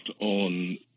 on